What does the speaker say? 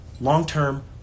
long-term